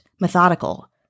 methodical